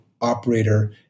operator